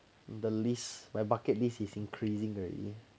the list my bucket list is increasing already